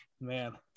Man